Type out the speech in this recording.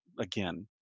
again